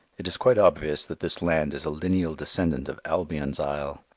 it is quite obvious that this land is a lineal descendant of albion's isle.